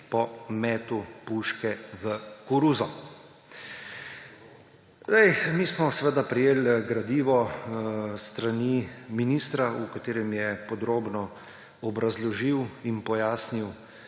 po metu puške v koruzo! Mi smo seveda prejeli gradivo s strani ministra, v katerem je podrobno obrazložil in pojasnil